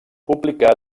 publicà